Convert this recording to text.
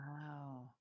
wow